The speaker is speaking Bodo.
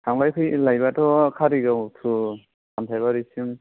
थांलाय फैलायबाथ' कारिगाव टु सामथायबारिसिम